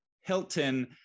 Hilton